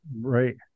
right